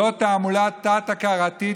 זו תעמולה תת-הכרתית,